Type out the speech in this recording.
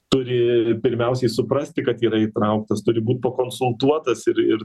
turi pirmiausiai suprasti kad yra įtrauktas turi būt pakonsultuotas ir ir